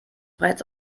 bereits